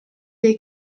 dei